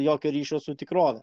jokio ryšio su tikrove